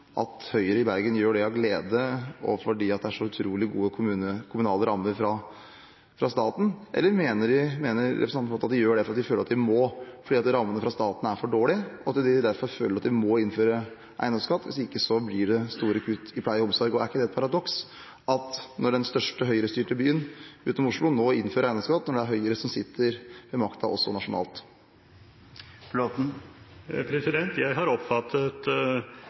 at Høyre i Bergen gjør det av glede og fordi det er så utrolig gode kommunale rammer fra staten? Eller mener representanten Flåtten at de gjør det fordi de føler at de må, fordi rammene fra staten er for dårlige og de derfor føler at de må innføre eiendomsskatt – hvis ikke blir det store kutt i pleie og omsorg? Er ikke det et paradoks, at den største Høyre-styrte byen utenom Oslo innfører eiendomsskatt når det er Høyre som sitter med makten også nasjonalt? Jeg har oppfattet